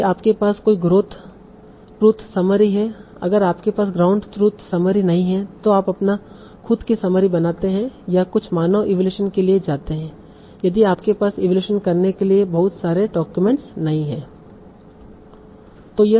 यदि आपके पास कोई ग्राउंड ट्रुथ समरी है अगर आपके पास ग्राउंड ट्रुथ समरी नहीं है तों आप अपना खुद की समरी बनाते हैं या आप कुछ मानव इवैल्यूएशन के लिए जाते हैं यदि आपके पास इवैल्यूएशन करने के लिए बहुत सारे डाक्यूमेंट्स नहीं हैं